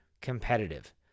competitive